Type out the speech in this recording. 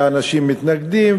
והאנשים מתנגדים.